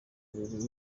abiri